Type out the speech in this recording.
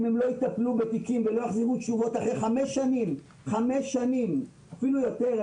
אם הם לא יטפלו בתיקים ולא יחזירו תשובות אחרי חמש שנים ואפילו יותר,